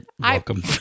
welcome